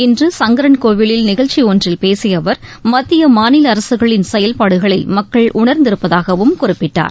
இன்று சங்கரன்கோவிலில் நிகழ்ச்சி ஒன்றில் பேசிய அவர் மத்திய மாநில அரசுகளின் செயல்பாடுகளை மக்கள் உணர்ந்திருப்பதாகவும் குறிப்பிட்டார்